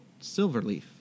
Silverleaf